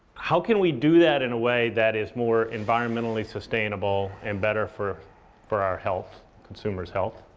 how can we do that in a way that is more environmentally sustainable and better for for our health, consumer's health?